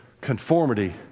conformity